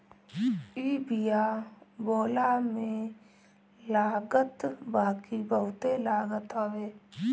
इ बिया बोअला में लागत बाकी बहुते लागत हवे